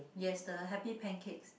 yes the Happy Pancakes